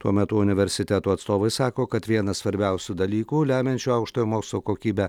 tuo metu universitetų atstovai sako kad vienas svarbiausių dalykų lemiančių aukštojo mokslo kokybę